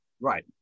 right